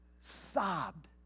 sobbed